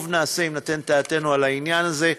טוב נעשה אם ניתן דעתנו על העניין הזה.